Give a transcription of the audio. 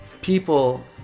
people